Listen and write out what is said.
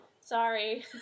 Sorry